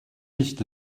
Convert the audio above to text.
nicht